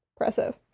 Impressive